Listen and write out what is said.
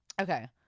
okay